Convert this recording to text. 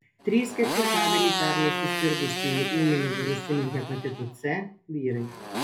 trys ketvirtadaliai pernai susirgusiųjų ūminiu virusiniu hepatitu c vyrai